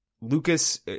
Lucas